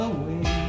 Away